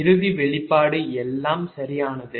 இறுதி வெளிப்பாடு எல்லாம் சரியானது